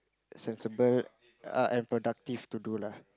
sensible err and productive to do lah